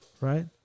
Right